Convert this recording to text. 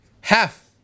half